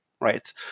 right